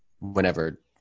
whenever